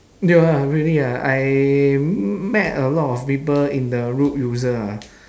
ya really ah I m~ met a lot of people in the road user ah